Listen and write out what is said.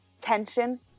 tension